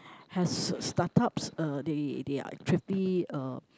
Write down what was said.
has startups uh they they are pretty uh